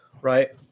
Right